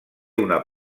una